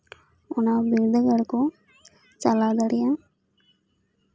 ᱚᱱᱟ ᱵᱤᱫᱽᱫᱟᱹᱜᱟᱲ ᱠᱚ ᱪᱟᱞᱟᱣ ᱫᱟᱲᱮᱭᱟᱜᱼᱟ